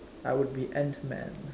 I would be Ant-Man